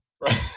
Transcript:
right